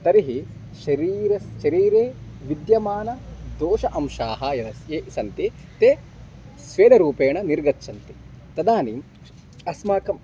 तर्हि शरीरस्य शरीरे विद्यमानाः दोषाः अंशाः यदस्ति ये सन्ति ते स्वेदरूपेण निर्गच्छन्ति तदानीम् अस्माकम्